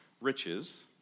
riches